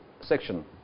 section